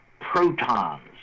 protons